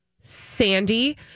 Sandy